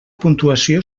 puntuació